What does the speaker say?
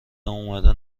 اومدن